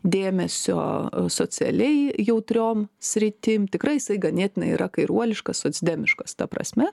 dėmesio socialiai jautriom sritim tikrai jisai ganėtinai yra kairuoliškas socdemiškas ta prasme